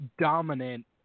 dominant